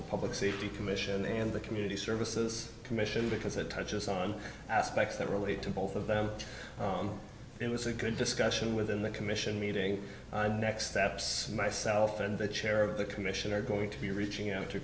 the public safety commission and the community services commission because it touches on aspects that relate to both of them in it's a good discussion within the commission meeting next steps myself and the chair of the commission are going to be reaching out t